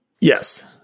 Yes